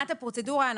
מבחינת הפרוצדורה,